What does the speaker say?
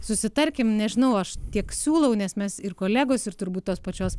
susitarkim nežinau aš tiek siūlau nes mes ir kolegos ir turbūt tos pačios